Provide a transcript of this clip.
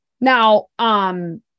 Now